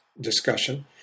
discussion